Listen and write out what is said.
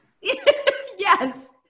Yes